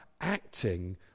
acting